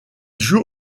joue